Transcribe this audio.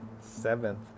seventh